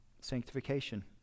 sanctification